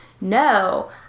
no